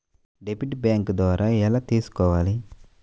Debit bank ద్వారా ఎలా తీసుకోవాలి?